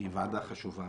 שהיא ועדה חשובה.